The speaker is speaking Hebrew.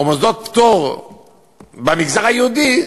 או מוסדות פטור במגזר היהודי,